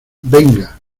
venga